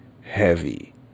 heavy